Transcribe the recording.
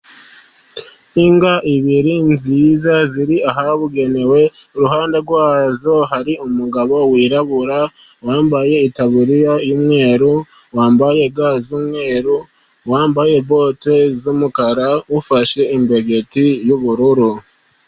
Imbwa ebyiri nziza ziri ahabugenewe, iruhande rwazo hari umugabo wirabura wambaye itaburiya y'umweru, wambaye ga z'umweru ,wambaye bote z'umukara ufashe imbegeti y'ubururu.